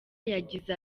yagize